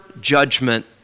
judgment